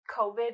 COVID